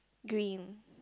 green